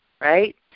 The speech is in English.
right